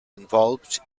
involved